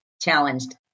challenged